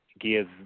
give